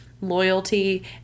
loyalty